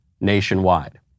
nationwide